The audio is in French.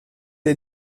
est